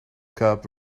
cup